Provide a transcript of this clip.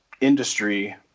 industry